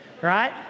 right